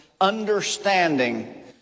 understanding